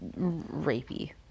rapey